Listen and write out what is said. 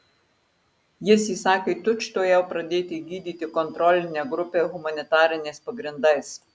jis įsakė tučtuojau pradėti gydyti kontrolinę grupę humanitariniais pagrindais